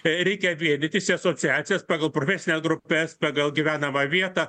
reikia vienytis į asociacijas pagal profesines grupes pagal gyvenamą vietą